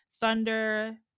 Thunder